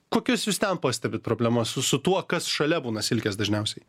kokius jūs ten pastebit problemas su su tuo kas šalia būna silkės dažniausiai